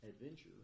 adventure